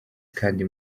kandi